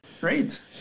Great